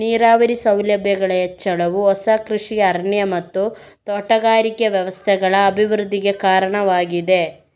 ನೀರಾವರಿ ಸೌಲಭ್ಯಗಳ ಹೆಚ್ಚಳವು ಹೊಸ ಕೃಷಿ ಅರಣ್ಯ ಮತ್ತು ತೋಟಗಾರಿಕೆ ವ್ಯವಸ್ಥೆಗಳ ಅಭಿವೃದ್ಧಿಗೆ ಕಾರಣವಾಗಿದೆ